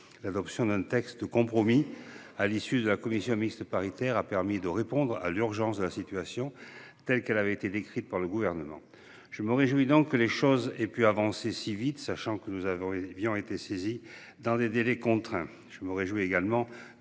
L’adoption d’un texte de compromis à l’issue de la commission mixte paritaire a permis de répondre à l’urgence de la situation telle qu’elle avait été décrite par le Gouvernement. Je me réjouis donc que les choses aient pu avancer si vite, sachant que nous avions été saisis dans des délais contraints.